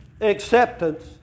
acceptance